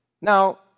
Now